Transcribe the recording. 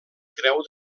creu